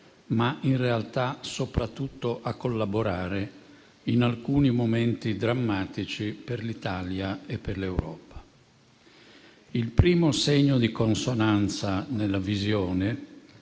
ma in realtà soprattutto a collaborare, in alcuni momenti drammatici per l'Italia e per l'Europa. Il primo segno di consonanza nella visione